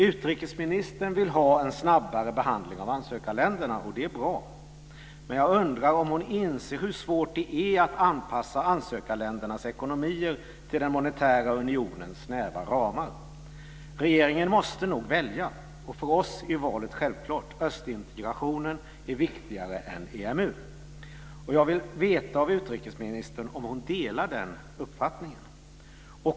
Utrikesministern vill ha en snabbare behandling av ansökarländerna, och det är bra, men jag undrar om hon inser hur svårt det är anpassa ansökarländernas ekonomier till den monetära unionens snäva ramar. Regeringen måste nog välja och för oss är valet självklart: östintegrationen är viktigare än EMU. Jag vill veta av utrikesministern om hon delar den uppfattningen.